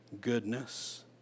goodness